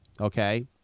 okay